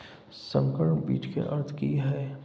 संकर बीज के अर्थ की हैय?